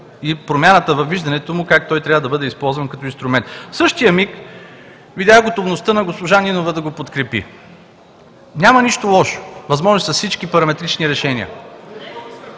и промяната във виждането му как той трябва да бъде използван като инструмент. В същия миг видях готовността на госпожа Нинова да го подкрепи. (Реплики от „БСП за България“.) Няма нищо лошо. Възможни са всички параметрични решения.